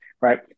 right